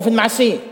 באופן מעשי,